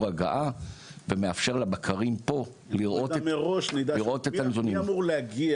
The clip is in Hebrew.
הגעה ומאפשר לבקרים פה מראש לראות את הנתונים.